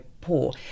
poor